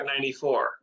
94